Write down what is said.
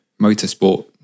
motorsport